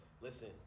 Listen